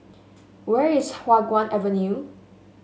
where is Hua Guan Avenue